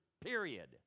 period